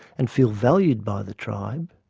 and feel valued by the tribe,